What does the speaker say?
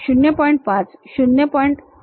1 अशा प्रकारची गोष्ट असू शकते